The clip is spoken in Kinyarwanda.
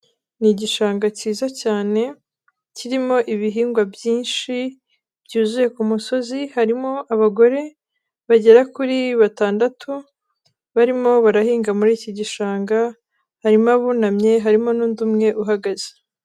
Ni igishanga cyiza cyane, kirimo ibihingwa byinshi, byuzuye ku musozi, harimo abagore bagera kuri batandatu, barimo barahinga muri iki gishanga, harimo abunamye harimo n'undi umwe uhagaze.